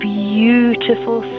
beautiful